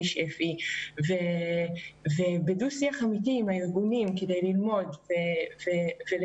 שפ"י בדו-שיח אמיתי עם הארגונים כדי ללמוד ולשפר,